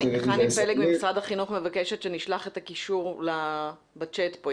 חני פלג ממשרד החינוך מבקשת שנשלח את הקישור בצ'ט פה.